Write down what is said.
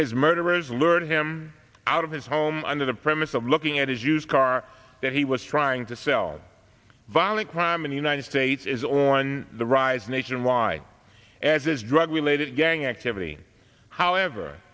his murder is learned him out of his home under the premise of looking at is used car that he was trying to sell violent crime in the united states is on the rise nationwide as is drug related gang activity however